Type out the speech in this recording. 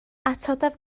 atodaf